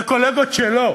זה קולגות שלו.